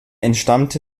entstammte